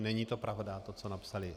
Není to pravda, co napsala.